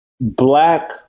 black